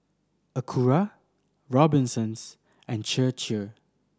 Acura Robinsons and Chir Chir